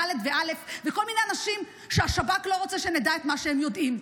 ד' ו-א' וכל מיני אנשים שהשב"כ לא רוצה שנדע את מה שהם יודעים.